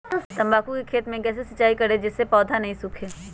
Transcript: तम्बाकू के खेत मे कैसे सिंचाई करें जिस से पौधा नहीं सूखे?